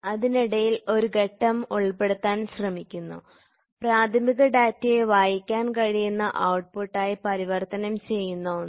അതിനിടയിൽ ഒരു ഘട്ടം ഉൾപെടുത്താൻ ശ്രമിക്കുന്നു പ്രാഥമിക ഡാറ്റയെ വായിക്കാൻ കഴിയുന്ന ഔട്ട്പുട്ടായി പരിവർത്തനം ചെയ്യുന്ന ഒന്ന്